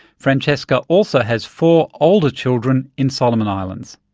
francesca also has four older children in solomon islands.